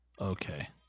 Okay